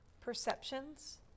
perceptions